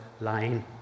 lying